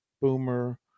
Boomer